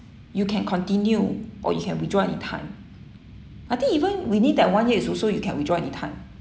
you can continue or you can withdraw anytime I think even within that one year is also you can withdraw anytime